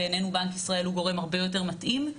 בעינינו בנק ישראל הוא גורם הרבה יותר מתאים,